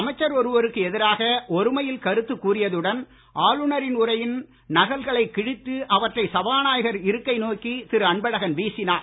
அமைச்சர் ஒருவருக்கு எதிராக ஒருமையில் கருத்து கூறியதுடன் ஆளுநரின் உரையின் நகல்களை கிழித்து அவற்றை சபாநாயகர் இருக்கை நோக்கி திரு அன்பழகன் வீசினார்